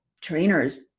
trainers